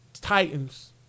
Titans